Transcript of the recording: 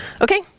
Okay